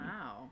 Wow